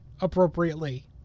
appropriately